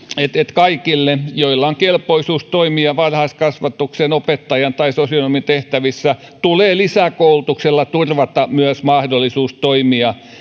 kaikille joilla on kelpoisuus toimia varhaiskasvatuksen opettajan tai sosionomin tehtävissä tulee lisäkoulutuksella turvata myös mahdollisuus toimia